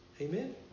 Amen